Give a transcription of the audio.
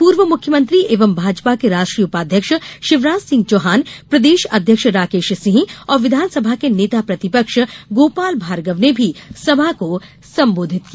पूर्व मुख्यमंत्री एवं भाजपा के राष्ट्रीय उपाध्यक्ष शिवराज सिंह चौहान प्रदेश अध्यक्ष राकेश सिंह और विधानसभा के नेता प्रतिपक्ष गोपाल भार्गव ने भी सभा को संबोधित किया